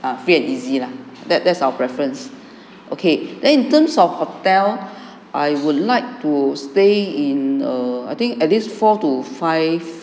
err free and easy lah that that's our preference okay then in terms of hotel I would like to stay in err I think at least four to five